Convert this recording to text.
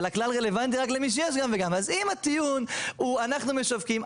אז אם הטיעון הוא אנחנו משווקים,